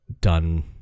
done